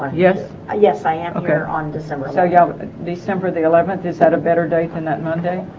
yes ah yes i am a better on december so yoga december the eleventh is had a better day than that monday